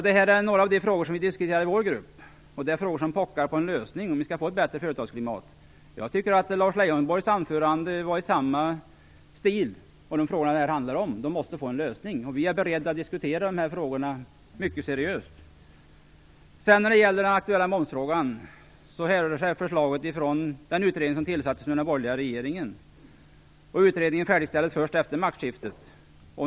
Det här är några av de frågor som vi diskuterar i vår grupp, och de är frågor som pockar på en lösning om vi skall få ett bättre företagsklimat. Jag tycker att Lars Leijonborgs anförande gick i samma stil. De frågor det handlar om måste få en lösning, och vi är beredda att diskutera dessa frågor mycket seriöst. När det gäller den aktuella momsfrågan härrör sig förslaget från den utredning som tillsattes av den borgerliga regeringen. Utredningen färdigställdes först efter maktskiftet.